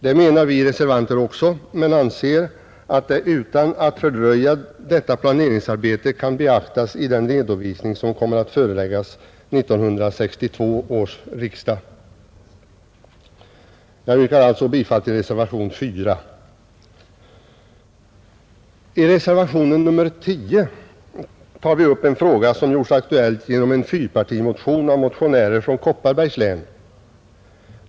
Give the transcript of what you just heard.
Det menar vi reservanter också, men vi anser att saken utan att man fördröjer detta planeringsarbete kan beaktas i den redovisning som kommer att föreläggas 1972 års riksdag. Jag yrkar, herr talman, bifall till reservationen 4. I reservationen 10 tar vi upp en fråga som gjorts aktuell genom en fyrpartimotion av motionärer från Kopparbergs län.